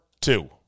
two